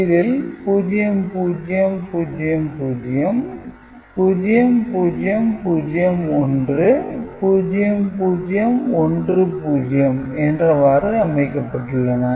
இதில் 0000 0001 0010 என்றவாறு அமைக்கப்பட்டுள்ளன